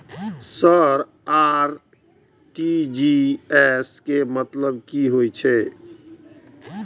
Sir RTGS के मतलब की हे छे?